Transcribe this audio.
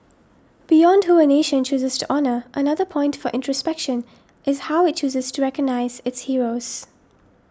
beyond who a nation chooses to honour another point for introspection is how it chooses to recognise its heroes